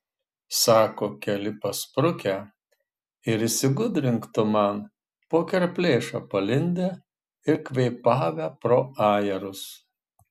sako keli pasprukę ir išsigudrink tu man po kerplėša palindę ir kvėpavę pro ajerus